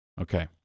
Okay